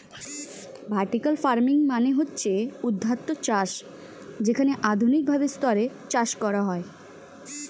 vertical farming মানে হচ্ছে ঊর্ধ্বাধ চাষ যেখানে আধুনিক ভাবে স্তরে চাষ করা হয়